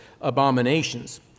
abominations